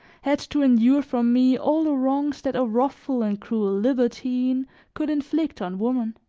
had to endure from me all the wrongs that a wrathful and cruel libertine could inflict on woman.